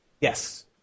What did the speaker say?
Yes